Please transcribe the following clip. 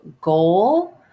Goal